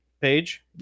page